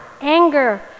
anger